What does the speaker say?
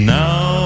now